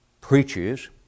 preaches